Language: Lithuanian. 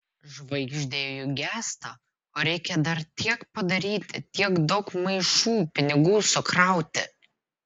žvaigždė juk gęsta o reikia dar tiek padaryti tiek daug maišų pinigų sukrauti